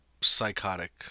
psychotic